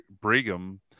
brigham